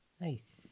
Nice